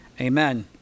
Amen